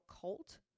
cult